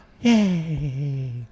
Yay